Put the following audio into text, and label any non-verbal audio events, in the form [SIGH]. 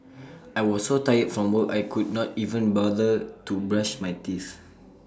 [NOISE] I was so tired from work I could not even bother to brush my teeth